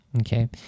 Okay